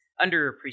underappreciated